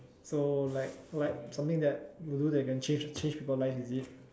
so like like something that will do that can change change people's lives is it